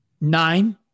nine